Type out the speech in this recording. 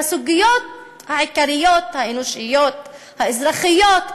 והסוגיות העיקריות, האנושיות, האזרחיות,